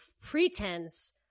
pretense